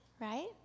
right